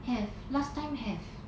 have last time have